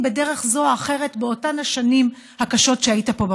בדרך זו או אחרת באותן שנים קשות שהיית פה,